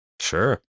Sure